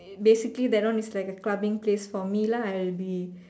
basically that one is like a clubbing place for me lah I'll be